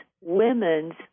women's